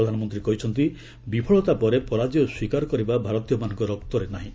ପ୍ରଧାନମନ୍ତ୍ରୀ କହିଛନ୍ତି ବିଫଳତା ପରେ ପରାଜୟ ସ୍ୱୀକାର କରିବା ଭାରତୀୟମାନଙ୍କ ରକ୍ତରେ ନାହିଁ